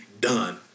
done